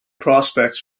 prospects